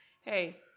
Hey